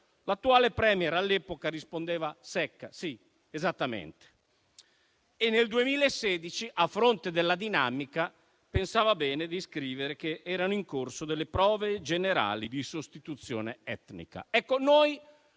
l'attuale *Premier*, all'epoca, rispondeva secca: «Sì, esattamente». Nel 2016, a fronte della dinamica, pensava bene di scrivere che erano in corso delle prove generali di sostituzione etnica.